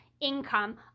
income